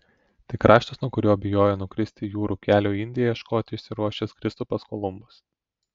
tai kraštas nuo kurio bijojo nukristi jūrų kelio į indiją ieškoti išsiruošęs kristupas kolumbas